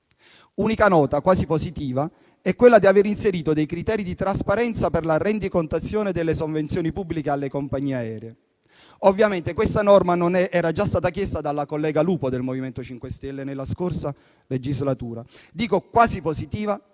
Unica nota quasi positiva è quella di aver inserito dei criteri di trasparenza per la rendicontazione delle sovvenzioni pubbliche alle compagnie aeree. Ovviamente, questa norma era già stata chiesta dalla collega Lupo del MoVimento 5 Stelle nella passata legislatura. Dico "quasi" positiva,